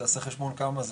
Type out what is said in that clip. תעשה חשבון כמה זה,